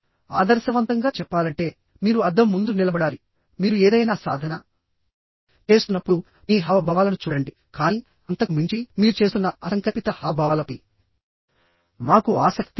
ఆదర్శవంతంగా చెప్పాలంటే మీరు అద్దం ముందు నిలబడాలి మీరు ఏదైనా సాధన చేస్తున్నప్పుడు మీ హావభావాలను చూడండి కానీ అంతకు మించి మీరు చేస్తున్న అసంకల్పిత హావభావాలపై మాకు ఆసక్తి ఉంది